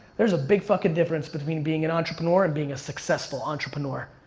there's a big fucking difference between being an entrepreneur and being a successful entrepreneur.